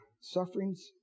sufferings